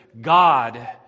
God